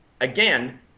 again